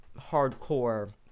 hardcore